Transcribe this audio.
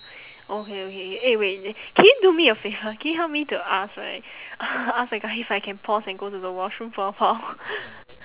okay okay eh wait can you do me a favour can you help me to ask right ask that guy if I can pause and go to the washroom for awhile